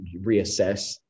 reassess